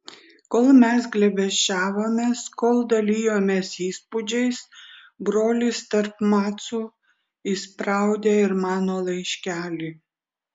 kol mes glėbesčiavomės kol dalijomės įspūdžiais brolis tarp macų įspraudė ir mano laiškelį